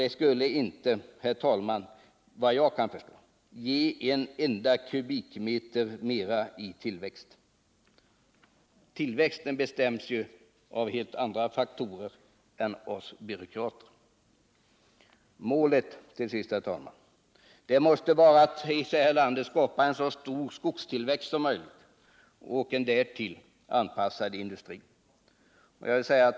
Det skulle inte, vad jag kan förstå, ge en enda kubikmeter mera i tillväxt. Tillväxten bestäms ju av helt andra faktorer och inte av oss byråkrater. Till sist, herr talman, måste målet vara att skapa en så stor skogstillväxt som möjligt och en därtill anpassad industri.